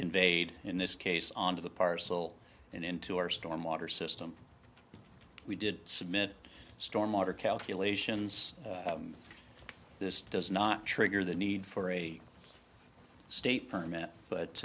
conveyed in this case onto the parcel and into our stormwater system we did submit stormwater calculations this does not trigger the need for a state permit but